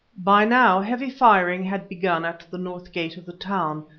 by now heavy firing had begun at the north gate of the town,